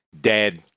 dead